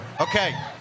Okay